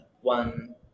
one